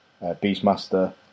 Beastmaster